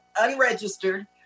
unregistered